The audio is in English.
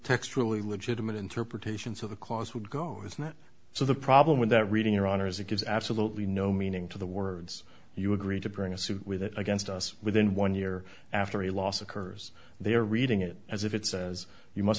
text really legitimate interpretations of the clause would go it's not so the problem with that reading your honor is it gives absolutely no meaning to the words you agree to bring a suit with it against us within one year after a loss occurs they are reading it as if it says you must